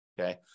Okay